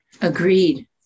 Agreed